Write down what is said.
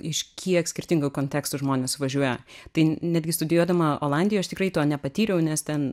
iš kiek skirtingų kontekstų žmonės suvažiuoja tai netgi studijuodama olandijoj aš tikrai to nepatyriau nes ten